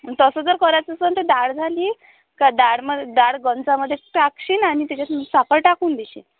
आणि तसं जर करायचं असन तर डाळ झाली का डाळमधे डाळ गंजामध्ये टाकशीन आणि तेच्यात साखर टाकून देशीन